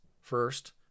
first